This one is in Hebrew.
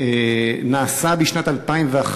נעשה בשנת 2001,